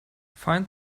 find